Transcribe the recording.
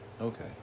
Okay